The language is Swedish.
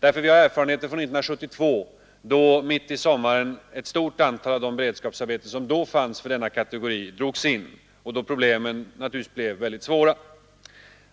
ses. Vi har erfarenheterna från 1972, när mitt i sommaren ett stort antal av de beredskapsarbeten som då fanns för denna kategori drogs in, varigenom problemen naturligtvis blev väldigt svåra.